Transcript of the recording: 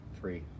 Free